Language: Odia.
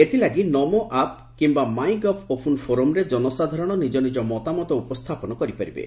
ଏଥିଲାଗି ନମୋ ଆପ୍ କିୟା ମାଇଁ ଗଭ୍ ଓପନ ଫୋରମ୍ରେ ଜନସାଧାରଣ ନିଜନିଜ ମତାମତ ଉପସ୍ଥାପନ କରିପାରିବେ